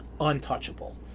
untouchable